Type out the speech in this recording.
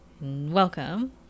Welcome